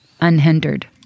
unhindered